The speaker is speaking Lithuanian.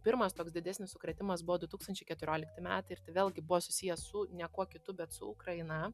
pirmas toks didesnis sukrėtimas buvo du tūktančiai keturiolikti metai ir tai vėlgi buvo susiję su ne kuo kitu bet su ukraina